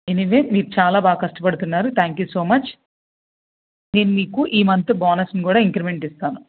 anyway మీరు చాలా బాగా కష్టపడుతున్నారు థ్యాంక్ యూ సో మచ్ నేను మీకు ఈ మంత్ బోనస్ని కూడా ఇంక్రిమెంట్ ఇస్తాను